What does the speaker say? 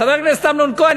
חבר הכנסת אמנון כהן,